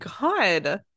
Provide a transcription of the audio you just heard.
god